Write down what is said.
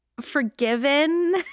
forgiven